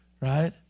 right